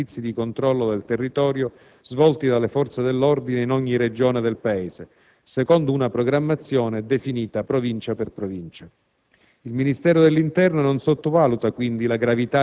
costituisce una delle priorità nella pianificazione dei servizi di controllo del territorio svolti dalle Forze dell'ordine in ogni regione del Paese, secondo una programmazione definita Provincia per Provincia.